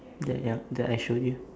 that ya the I showed you